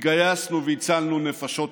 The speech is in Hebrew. התגייסנו והצלנו נפשות רבות.